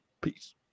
peace